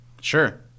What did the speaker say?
Sure